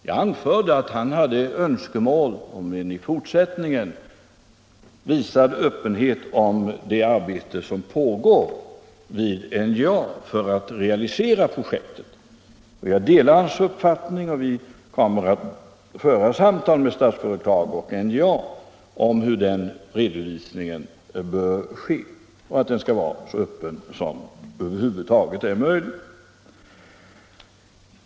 Jag anförde att han hade önskemål om en fortsatt öppenhet om det arbete som pågår vid NJA för att realisera projektet, och jag delar hans uppfattning. Vi kommer att föra samtal med Statsföretag och NJA om hur den redovisningen bör ske och om att den skall vara så öppen som det över huvud taget är möjligt.